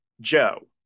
Joe